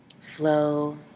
Flow